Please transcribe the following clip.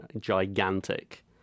gigantic